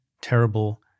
terrible